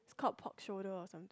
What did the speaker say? is called pork shoulder or something